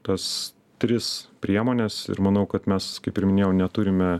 tas tris priemones ir manau kad mes kaip ir minėjau neturime